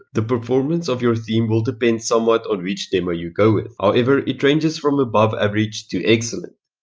the performance of your theme will depend somewhat on which demo you go with. however, it ranges from above-average to excellent.